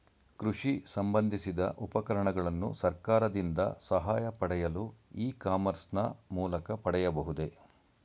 ಕೃಷಿ ಸಂಬಂದಿಸಿದ ಉಪಕರಣಗಳನ್ನು ಸರ್ಕಾರದಿಂದ ಸಹಾಯ ಪಡೆಯಲು ಇ ಕಾಮರ್ಸ್ ನ ಮೂಲಕ ಪಡೆಯಬಹುದೇ?